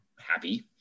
happy